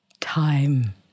Time